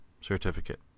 certificate